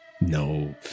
No